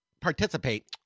participate